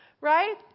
right